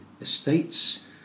estates